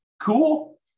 Cool